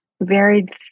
varied